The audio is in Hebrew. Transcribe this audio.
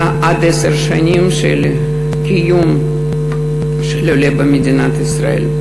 עד עשר שנים של קיום העולה במדינת ישראל.